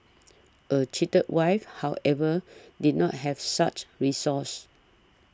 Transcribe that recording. a cheated wife however did not have such recourse